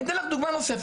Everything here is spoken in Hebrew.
אני אתן לך דוגמה נוספת.